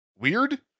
weird